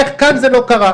איך כאן זה לא קרה.